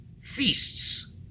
feasts